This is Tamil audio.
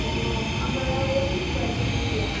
ஓ அங்கே ஒட்டியிருக்கு பார் செவத்தில